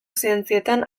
zientzietan